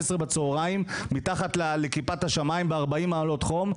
בצהרים מתחת לכיפת השמים ב-40 מעלות חום?